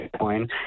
Bitcoin